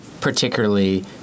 particularly